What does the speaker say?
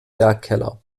werkkeller